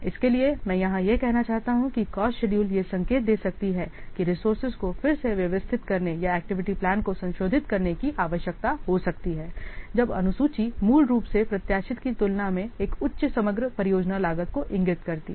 इसलिए मैं यहां यह कहना चाहता हूं कि कॉस्ट शेड्यूल यह संकेत दे सकती है कि रिसोर्सेज को फिर से व्यवस्थित करने या एक्टिविटी प्लान को संशोधित करने की आवश्यकता हो सकती है जब अनुसूची मूल रूप से प्रत्याशित की तुलना में एक उच्च समग्र परियोजना लागत को इंगित करती है